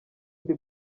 ndi